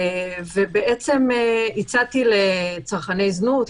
והצעתי לצרכני זנות,